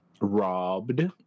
robbed